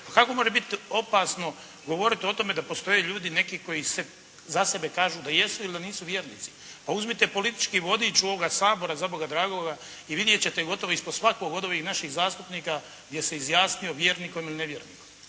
Kako može biti opasno govoriti o tome da postoje ljudi neki koji za sebe kažu da jesu ili da nisu vjernici. Pa uzmite politički vodič ovoga Sabora, za Boga dragoga, i vidjet ćete gotovo ispod svakih od ovih naših zastupnika, gdje se izjasnio vjernikom ili nevjernikom.